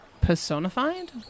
Personified